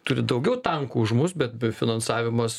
turi daugiau tankų už mus bet be finansavimas